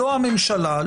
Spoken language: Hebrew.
לא הממשלה,